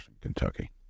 Kentucky